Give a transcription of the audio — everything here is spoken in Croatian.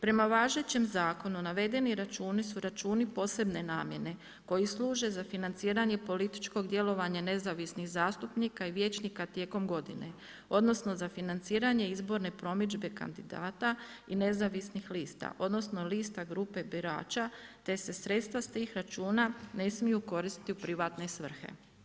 Prema važećem zakonu navedeni računi su računi posebne namjene koji služe za financiranje političkog djelovanja nezavisnih zastupnika i vijećnika tijekom godine, odnosno za financiranje izborne promidžbe kandidata i nezavisnih lista, odnosno lista grupe birača te se sredstva s tih računa ne smiju koristiti u privatne svrhe.